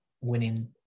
winning